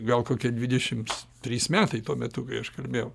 gal kokie dvidešimts trys metai tuo metu kai aš kalbėjau